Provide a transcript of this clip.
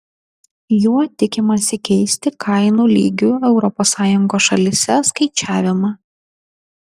juo tikimasi keisti kainų lygių europos sąjungos šalyse skaičiavimą